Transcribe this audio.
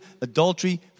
adultery